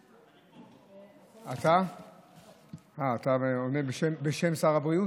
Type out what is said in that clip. אני, אתה עונה בשם שר הבריאות?